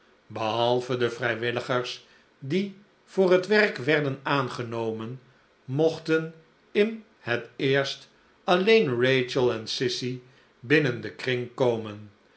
behalve de vrijwilligers die voor het werk werden aangenomen mochtenin het eerst alleen rachel en sissy binnen den kring komen